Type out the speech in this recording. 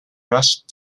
rushed